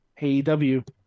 AEW